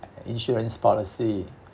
insurance policy